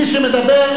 מי שמדבר,